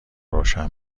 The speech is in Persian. روشن